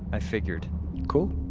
i figured cool